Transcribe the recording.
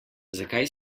zakaj